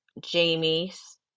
Jamie's